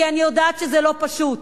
אני יודעת שזה לא פשוט,